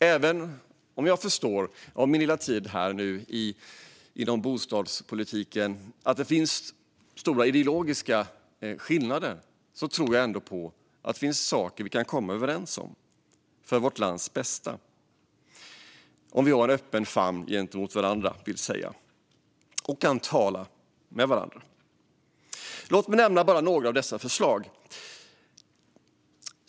Även om jag på min lilla tid här inom bostadspolitiken har förstått att det finns stora ideologiska skillnader tror jag ändå att det finns saker vi kan komma överens om för vårt lands bästa - om vi har en öppen famn gentemot varandra och kan tala med varandra, vill säga. Låt mig nämna några av dessa förslag.